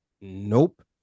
nope